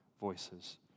voices